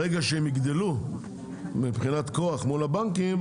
ברגע שהן יגדלו מבחינת כוח מול הבנקים,